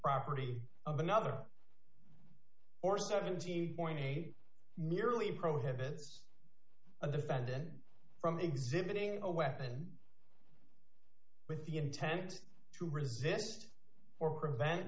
property of another or seventeen eight merely prohibits a defendant from exhibiting a weapon with the intent to resist or prevent